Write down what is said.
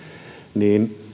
niin